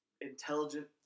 intelligent